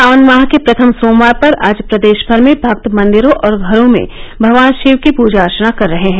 सावन माह के प्रथम सोमवार पर आज प्रदेश भर में भक्त मंदिरों और घरों में भगवान शिव की पूजा अर्चना कर रहे हैं